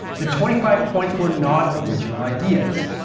the twenty five points were not original ideas.